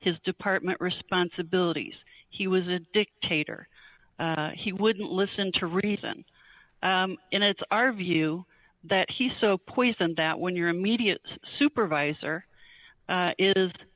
his department responsibilities he was a dictator he wouldn't listen to reason and it's our view that he's so poisoned that when your immediate supervisor